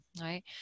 right